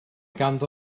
ganddo